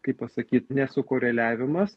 kaip pasakyt nesukoreliavimas